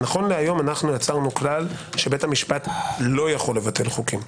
נכו להיום יצרנו כלל שבית המשפט לא יכול לבטל חוקים.